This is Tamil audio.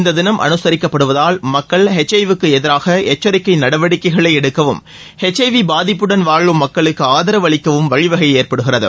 இந்த தினம் அமைரிக்கப்படுவதால் மக்கள் எச்றவி க்கு எதிராக எச்சரிக்கை நடவடிக்கைகளை எடுக்கவும் எச்ஐவி பாதிப்புடன் வாழும் மக்களுக்கு ஆதரவு அளிக்கவும் வழிவகை ஏற்படுகிறது